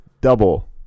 double